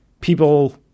people